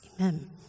Amen